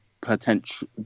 potential